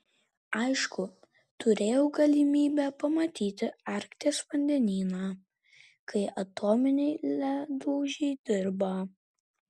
aišku turėjau galimybę pamatyti arkties vandenyną kai atominiai ledlaužiai dirba